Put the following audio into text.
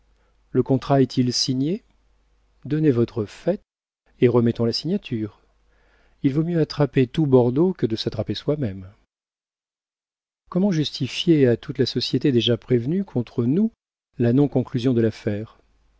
le contrat est-il signé donnez votre fête et remettons la signature il vaut mieux attraper tout bordeaux que de s'attraper soi-même comment justifier à toute la société déjà prévenue contre nous la non conclusion de l'affaire